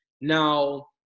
Now